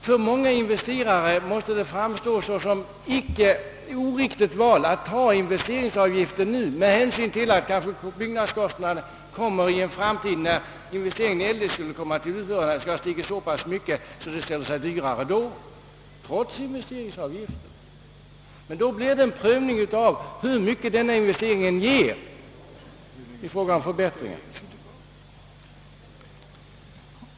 För många investerare måste det framstå som ett icke oriktigt val att ta investeringsavgiften nu med hänsyn till att byggnadskostnaderna kanske i en framtid, när investeringen eljest skulle göras, har stigit så mycket att byggandet då ställer sig dyrare, trots investeringsavgiften. Under sådana förhållanden måste det bli en prövning av hur mycket denna investering i dag ger i fråga om förbättring.